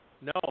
no